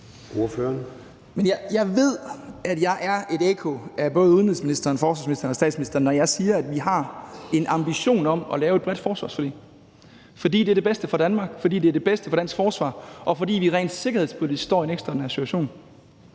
jeg ved, at jeg er et ekko af både udenrigsministeren, forsvarsministeren og statsministeren, når jeg siger, at vi har en ambition om at lave et bredt forsvarsforlig, fordi det er det bedste for Danmark, fordi det er det bedste for dansk forsvar, og fordi vi rent sikkerhedspolitisk står i en ekstraordinær situation.